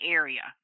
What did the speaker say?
area